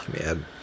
man